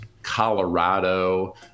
Colorado